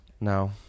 No